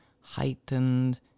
heightened